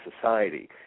society